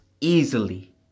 easily